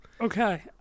Okay